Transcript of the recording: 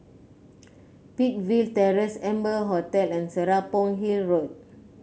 Peakville Terrace Amber Hotel and Serapong Hill Road